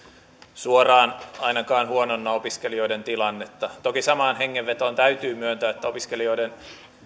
suoraan ainakaan huononna opiskelijoiden tilannetta toki samaan hengenvetoon täytyy myöntää että opiskelijoiden